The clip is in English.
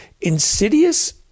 insidious